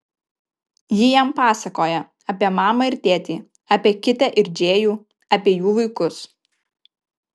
ji jam pasakoja apie mamą ir tėtį apie kitę ir džėjų apie jų vaikus